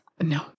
No